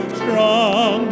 strong